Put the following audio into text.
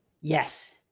Yes